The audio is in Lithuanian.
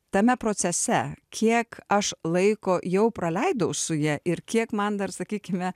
tame procese kiek aš laiko jau praleidau su ja ir kiek man dar sakykime